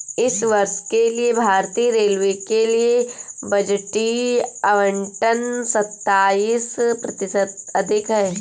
इस वर्ष के लिए भारतीय रेलवे के लिए बजटीय आवंटन सत्ताईस प्रतिशत अधिक है